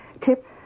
Tip